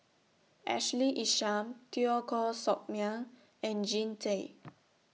Ashley Isham Teo Koh Sock Miang and Jean Tay